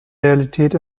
realität